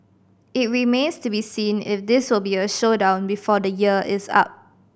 it remains to be seen if this will be a showdown before the year is up